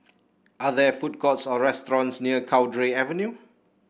are there food courts or restaurants near Cowdray Avenue